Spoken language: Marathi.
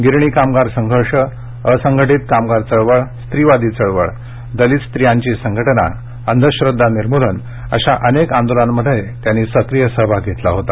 गिरणी कामगार संघर्ष असंघटित कामगार चळवळ स्त्रीवादी चळवळ दलित स्त्रियांची संघटना अंधश्रद्वा निर्मूलन अशा अनेक आंदोलनांमध्ये त्यांनी सक्रिय सहभाग घेतला होता